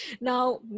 Now